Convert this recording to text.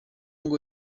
ngo